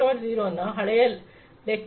0 ನ ಹಳೆಯ ಲೆಕ್ಚರ್ಗಳಲ್ಲಿ ಇಂಡಸ್ಟ್ರಿ 4